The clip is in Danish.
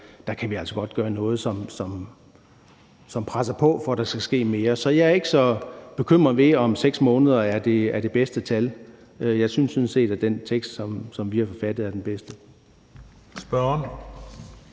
der kan vi godt gøre noget, som presser på for, at der skal ske mere. Så jeg er ikke så bekymret ved, om 6 måneder er det bedste tal. Jeg synes sådan set, at den tekst, som vi har forfattet, er den bedste. Kl.